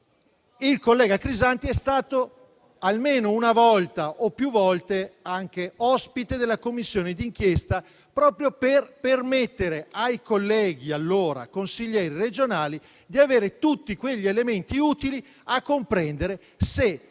Il collega Crisanti è stato, almeno una volta, ospite della commissione d'inchiesta proprio per permettere ai colleghi, allora consiglieri regionali, di avere tutti gli elementi utili per comprendere se